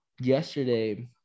yesterday